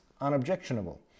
unobjectionable